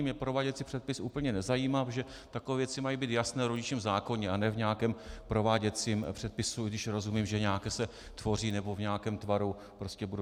Mě prováděcí předpis úplně nezajímá, protože takové věci mají být jasné rodičům v zákoně, a ne v nějakém prováděcím předpisu, i když rozumím, že nějaké se tvoří nebo v nějakém tvaru prostě budou.